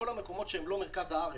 בכל המקומות שהם לא מרכז הארץ,